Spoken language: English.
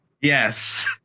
Yes